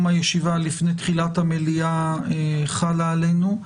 הישיבה לפני תחילת המליאה חלה עלינו.